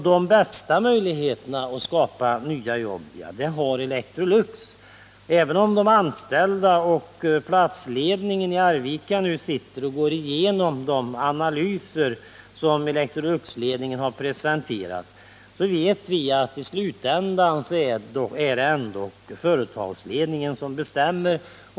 De bästa möjligheterna att skapa nya jobb har Electrolux. Även om de anställda och platsledningen i Arvika nu går igenom de analyser som Electroluxledningen har presenterat, så vet vi att i slutänden är det ändock företagsledningen som bestämmer.